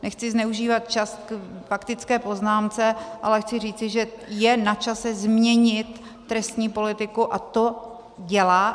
Nechci zneužívat čas k faktické poznámce, ale chci říci, že je na čase změnit trestní politiku, a to dělá...